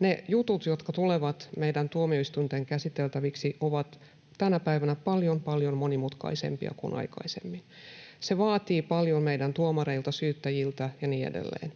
ne jutut, jotka tulevat meidän tuomioistuinten käsiteltäviksi, ovat tänä päivänä paljon, paljon monimutkaisempia kuin aikaisemmin. Se vaatii paljon meidän tuomareilta, syyttäjiltä ja niin edelleen.